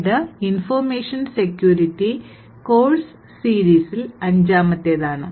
ഇത് information security course series ഇൽ അഞ്ചാമത്തേത് ആണ്